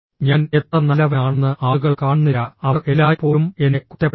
ഞാൻ എത്ര നല്ലവനാണെന്ന് ആളുകൾ കാണുന്നില്ല അവർ എല്ലായ്പ്പോഴും എന്നെ കുറ്റപ്പെടുത്തുന്നു